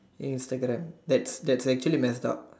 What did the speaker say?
Instagram that's that's actually messed up